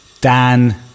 Dan